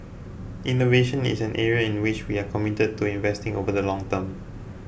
innovation is an area in which we are committed to investing over the long term